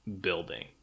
building